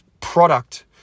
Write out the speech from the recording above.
product